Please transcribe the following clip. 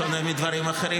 בשונה מדברים אחרים,